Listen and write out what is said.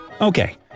Okay